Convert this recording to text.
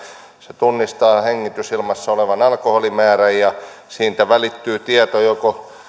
se tunnistaa hengitysilmassa olevan alkoholin määrän ja siitä välittyy tieto joko